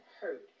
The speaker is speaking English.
hurt